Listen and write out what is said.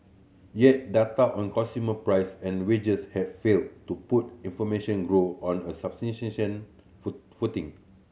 yet data on consumer price and wages have failed to put information grow on a foot footing